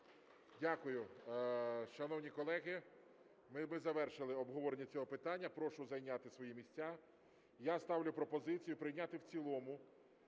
Дякую. Шановні колеги, ми завершили обговорення цього питання. Прошу зайняти свої місця. Я ставлю пропозицію прийняти в цілому